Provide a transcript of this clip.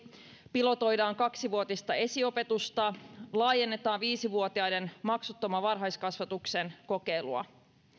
pilotoidaan kaksivuotista esiopetusta laajennetaan viisi vuotiaiden maksuttoman varhaiskasvatuksen kokeilua